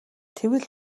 тэгвэл